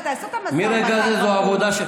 מרגע זה זו עבודה,